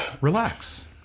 relax